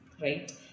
Right